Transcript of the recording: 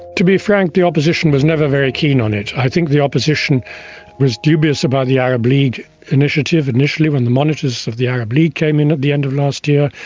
to be frank, the opposition was never very keen on it. i think the opposition was dubious about the arab league initiative, initially, when the monitors of the arab league came in at the end of last year.